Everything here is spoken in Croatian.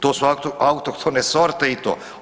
To su autohtone sorte i to.